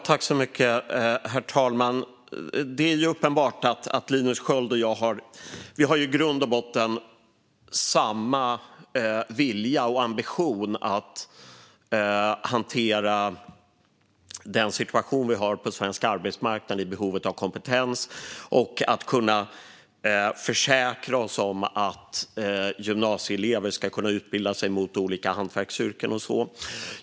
Herr talman! Det är uppenbart att Linus Sköld och jag i grund och botten har samma vilja och ambition att hantera den situation vi har på svensk arbetsmarknad när det gäller behovet av kompetens och att försäkra oss om att gymnasieelever ska kunna utbilda sig till olika hantverksyrken.